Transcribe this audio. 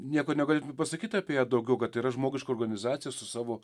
nieko negalėtume pasakyt apie ją daugiau kad tai yra žmogiška organizacija su savo